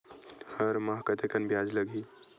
हर माह कतेकन ब्याज लगही?